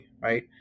right